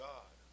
God